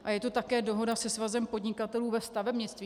A je to také dohoda se Svazem podnikatelů ve stavebnictví.